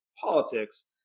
Politics